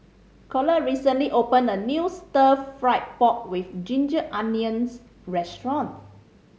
Collette recently opened a new Stir Fry pork with ginger onions restaurant